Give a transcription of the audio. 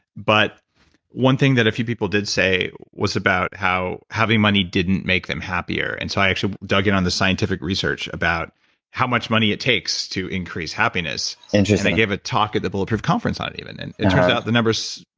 but one thing that a few people did say was about how having money didn't make them happier. and so i actually dug in on the scientific research about how much money it takes to increase happiness, and i gave a talk at the bulletproof conference on it even. and in turns out the number, so